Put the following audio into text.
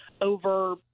over